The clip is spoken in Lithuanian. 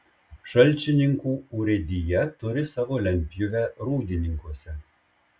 šalčininkų urėdija turi savo lentpjūvę rūdininkuose